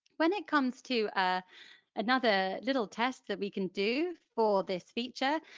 when it comes to ah another little test that we can do for this feature,